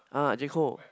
ah J-Co